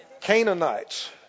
Canaanites